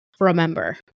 remember